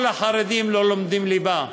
כל החרדים לא לומדים ליבה,